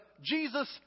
Jesus